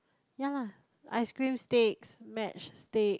ya lah ice cream sticks match stick